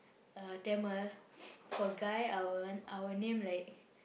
uh Tamil for guy I will I will name like